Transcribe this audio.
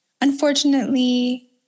unfortunately